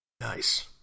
nice